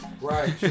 Right